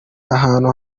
ahantu